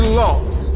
lost